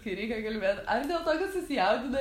kai reikia kalbėt ar dėl to kad susijaudina